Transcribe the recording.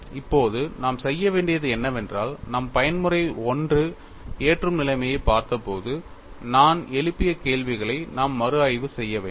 இப்போது நாம் செய்ய வேண்டியது என்னவென்றால் நாம் பயன்முறை I ஏற்றும் நிலைமையைப் பார்த்தபோது நான் எழுப்பிய கேள்விகளை நாம் மறு ஆய்வு செய்ய வேண்டும்